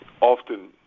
often